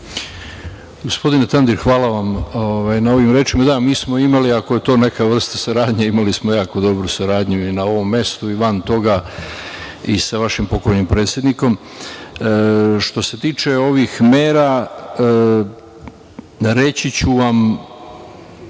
Gospodine Tandir, hvala vam na ovim rečima. Mi smo imali, ako je to neka vrsta saradnje, imali smo jako dobru saradnju i na ovom mestu i van toga i sa vašim pokojnim predsednikom. Što se tiče ovih mera, reći ću vam